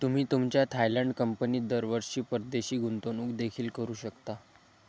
तुम्ही तुमच्या थायलंड कंपनीत दरवर्षी परदेशी गुंतवणूक देखील करू शकता